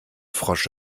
frosch